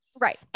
Right